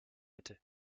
hätte